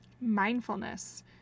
mindfulness